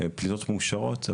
פליטות מאושרות,